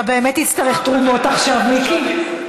אתה באמת תצטרך תרומות עכשיו, מיקי.